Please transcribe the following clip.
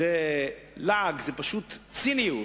זה לעג, זה פשוט ציניות.